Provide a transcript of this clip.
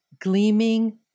gleaming